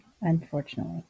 Unfortunately